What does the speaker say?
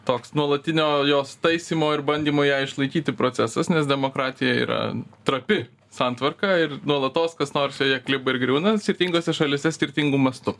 toks nuolatinio jos taisymo ir bandymo ją išlaikyti procesas nes demokratija yra trapi santvarka ir nuolatos kas nors joje kliba ir griūna skirtingose šalyse skirtingu mastu